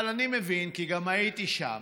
אבל אני מבין, כי גם הייתי שם.